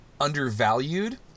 undervalued